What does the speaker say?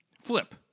flip